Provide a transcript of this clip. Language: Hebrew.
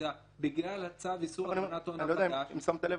מידע בגלל צו איסור הלבנת הון --- אני לא יודע אם שמת לב,